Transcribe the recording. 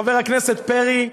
חבר הכנסת פרי,